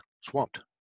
swamped